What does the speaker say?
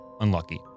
unlucky